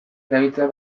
erabiltzea